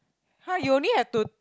!huh! you only have to